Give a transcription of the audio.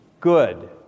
Good